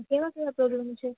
કેવા પ્રોબ્લમ છે